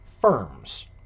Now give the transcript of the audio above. firms